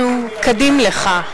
אנחנו קדים לך,